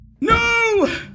No